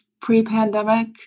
pre-pandemic